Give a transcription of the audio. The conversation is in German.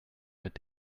mit